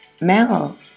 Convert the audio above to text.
Mel